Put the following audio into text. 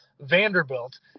Vanderbilt